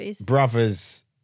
brothers